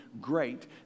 great